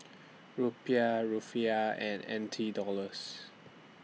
Rupiah Rufiyaa and N T Dollars